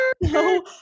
no